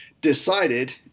decided